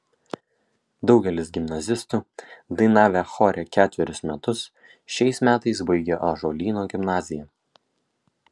daugelis gimnazistų dainavę chore ketverius metus šiais metais baigia ąžuolyno gimnaziją